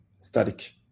static